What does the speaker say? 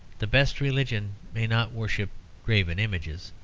the best religion may not worship graven images,